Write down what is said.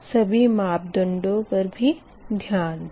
सभी मापदंडों पर भी ध्यान दें